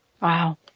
Wow